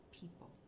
people